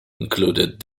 included